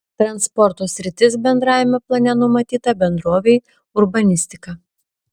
transporto sritis bendrajame plane numatyta bendrovei urbanistika